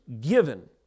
given